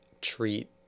treat